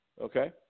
okay